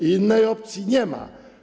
Innej opcji nie ma.